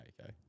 okay